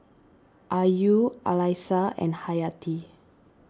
Ayu Alyssa and Hayati